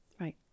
right